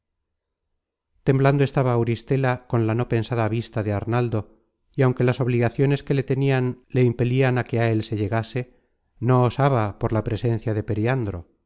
temblando estaba auristela con la no pensada vista de arnaldo y aunque las obligaciones que le tenia le impelian á que á él se llegase no osaba por la presencia de periandro